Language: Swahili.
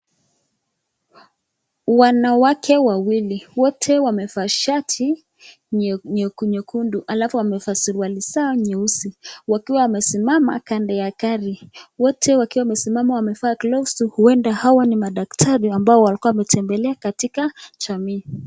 Wanawake wawili wamevaa shati nyekundu alafu amevaa suruali zao nyeusi wakiwa wamesimama kando ya gari, wote wakiwa wamesimama wamevaa glovu, huenda hawa ni madaktari ambao walikuwa wametembelea katika jamii.